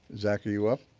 zach, are you up.